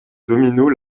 dominos